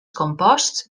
composts